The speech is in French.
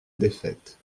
défaite